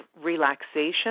relaxation